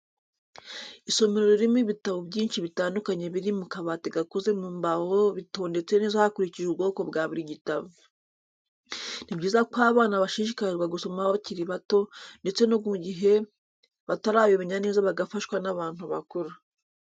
Isomero ririmo ibitabo byinshi bitandukanye biri mu kabati gakoze mu mbaho bitondetse neza hakurikijwe ubwoko bwa buri gitabo. Ni byiza ko abana bashishikarizwa gusoma bakiri bato ndetse no mu gihe batarabimenya neza bagafashwa n'abantu bakuru.